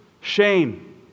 shame